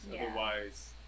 otherwise